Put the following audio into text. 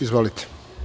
Izvolite.